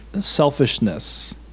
selfishness